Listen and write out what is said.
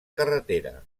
carretera